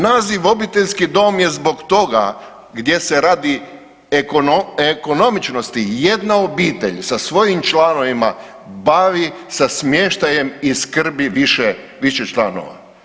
Naziv obiteljski dom je zbog toga gdje se radi ekonomičnosti jedna obitelj sa svojim članovima bavi sa smještajem i skrbi više članova.